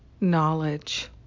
knowledge